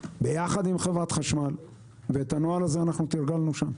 ביחד עם חברת חשמל ואת הנוהל הזה תרגלנו שם.